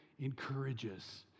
encourages